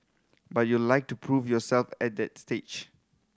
but you like to prove yourself at that stage